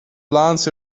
plāns